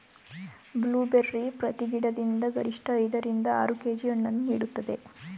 blueberry ಪ್ರತಿ ಗಿಡದಿಂದ ಗರಿಷ್ಠ ಐದ ರಿಂದ ಆರು ಕೆ.ಜಿ ಹಣ್ಣನ್ನು ನೀಡುತ್ತದೆ